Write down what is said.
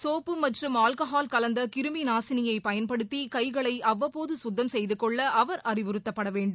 soap மற்றும் alcohol கலந்த கிருமி நாசினியை பயன்படுத்தி கைகளை அவ்வப்போது சுத்தம் செய்து கொள்ள அவர் அறிவுறுத்தப்பட வேண்டும்